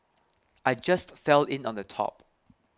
I just fell in on the top